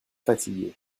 fatigué